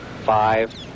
five